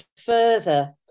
further